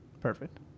Perfect